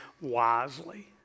wisely